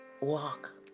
walk